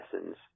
lessons